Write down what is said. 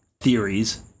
theories